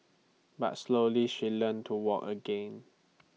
but slowly she learnt to walk again